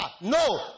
No